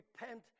repent